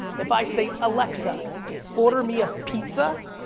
if i say, alexa order me a pizza,